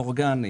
אורגני,